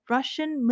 Russian